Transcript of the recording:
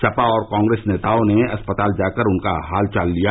सपा और कांग्रेस नेताओं ने अस्पताल जाकर उनका हालचाल लिया